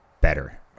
better